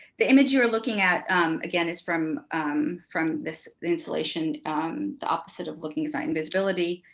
the image you're looking at again is from from this installation the opposite of looking sight and visibility.